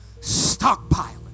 Stockpile